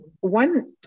One